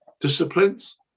disciplines